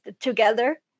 together